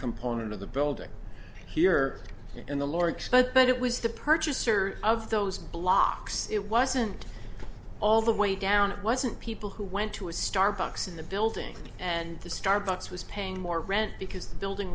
component of the building here in the lord spoke but it was the purchaser of those blocks it wasn't all the way down it wasn't people who went to a starbucks in the building and the starbucks was paying more rent because the building